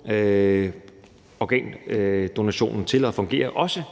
med det – organdonationen til at fungere, også